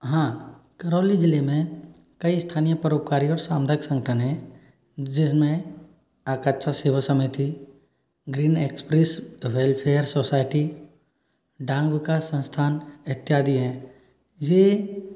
हाँ करौली जिले में कई स्थानीय परोपकारी और सामुदायिक संगठन हैं जिस में आकच्छ सेवा समिति green express welfare society Dang Vikas Sansthan इत्यादि है ये